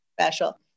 special